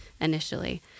initially